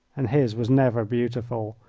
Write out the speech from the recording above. and his was never beautiful,